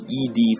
ed